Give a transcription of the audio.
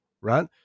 Right